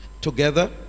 together